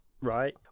right